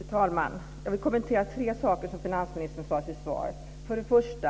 Fru talman! Jag vill kommentera tre saker som finansministern sade i sitt svar. Först